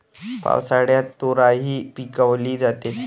पावसाळ्यात तोराई पिकवली जाते